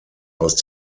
aus